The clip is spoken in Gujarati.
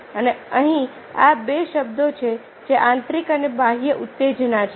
અને અહીં આ બે શબ્દો છે જે આંતરિક અને બાહ્ય ઉત્તેજના છે